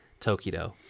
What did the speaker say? Tokido